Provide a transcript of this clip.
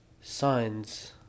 signs